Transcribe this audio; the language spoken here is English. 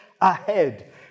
ahead